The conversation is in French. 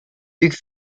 hugues